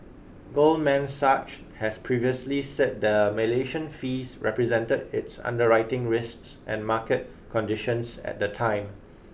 Goldman Sachs has previously said the Malaysia fees represented its underwriting risks and market conditions at the time